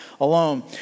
alone